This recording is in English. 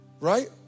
Right